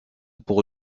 pour